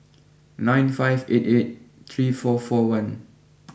nine five eight eight three four four one